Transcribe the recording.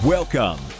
Welcome